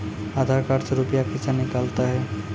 आधार कार्ड से रुपये कैसे निकलता हैं?